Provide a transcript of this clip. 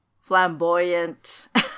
flamboyant